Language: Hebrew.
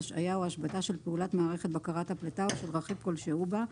השהיה או השבתה של פעולת מערכת בקרת הפליטה או של רכיב כלשהו בה,